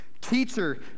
Teacher